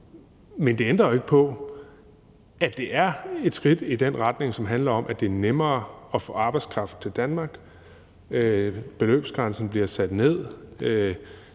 men det ændrer jo ikke på, at det er et skridt i den retning, som handler om, at det er nemmere at få arbejdskraft til Danmark. Beløbsgrænsen bliver sat ned,